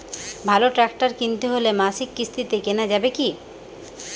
ভালো ট্রাক্টর কিনতে হলে মাসিক কিস্তিতে কেনা যাবে কি?